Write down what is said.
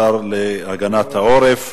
השר להגנת העורף,